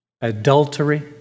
adultery